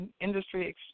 industry